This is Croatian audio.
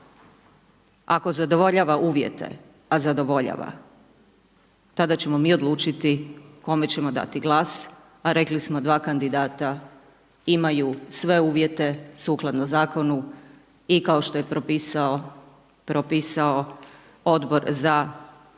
Ako zadovoljava uvjete, a zadovoljava, tada ćemo mi odlučiti kome ćemo dati glas, a rekli smo 2 kandidata imaju sve uvjete sukladno Zakonu i kao što je propisao Odbor za Ustav,